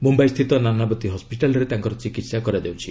ମୁମ୍ବାଇ ସ୍ଥିତ ନାନାବତୀ ହସ୍କିଟାଲ୍ରେ ତାଙ୍କର ଚିକିତ୍ସା କରାଯାଉଛି